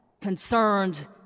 concerned